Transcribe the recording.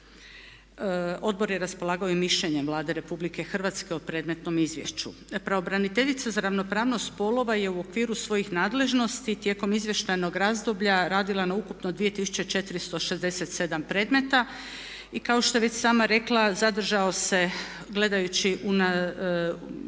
Odbor je raspolagao i mišljenjem Vlade RH o predmetnom izvješću. Pravobraniteljica za ravnopravnost spolova je u okviru svojih nadležnosti tijekom izvještajnog razdoblja radila na ukupno 2467 predmeta i kao što je već sama rekla zadržao se gledajući se